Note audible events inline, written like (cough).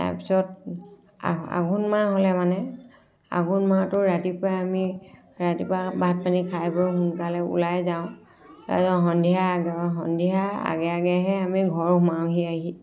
তাৰ পিছত আঘোণ মাহ হ'লে মানে আঘোণ মাহটো ৰাতিপুৱাই আমি ৰাতিপুৱা ভাত পানী খাই বৈ সোনকালে ওলাই যাওঁ (unintelligible) সন্ধিয়া সন্ধিয়াৰ আগে আগেহে আমি ঘৰ সোমাওঁহি আহি